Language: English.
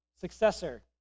successor